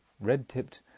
red-tipped